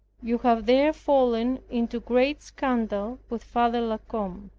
you have there fallen into great scandal with father la combe.